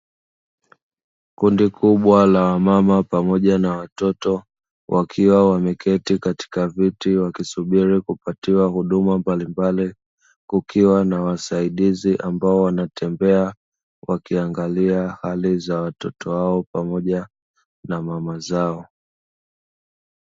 Kundi kubwa la wamama pamoja na watoto, wakiwa wameketi katika viti, wakisubiri kupatiwa huduma mbalimbali, kukiwa na wasaidizi ambao wanatembea, wakiangalia hali za watoto wao pamoja na mama zao.